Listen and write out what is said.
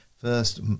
first